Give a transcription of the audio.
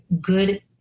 good